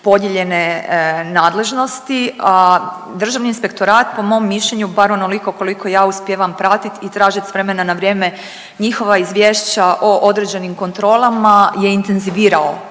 podijeljene nadležnosti, a Državni inspektorat, po mom mišljenju, bar onoliko koliko ja uspijevam pratiti i tražiti s vremena na vrijeme njihova izvješća o određenim kontrolama je intenzivirao